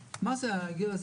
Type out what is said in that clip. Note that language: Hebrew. צעירים?